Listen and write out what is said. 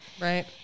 Right